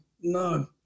no